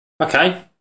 okay